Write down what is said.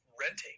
renting